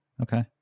Okay